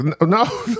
No